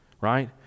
right